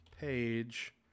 page